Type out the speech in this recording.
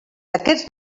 aquests